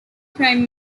prime